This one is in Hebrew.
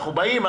אנחנו באים,